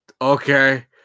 Okay